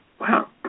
Wow